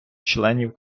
членів